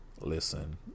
Listen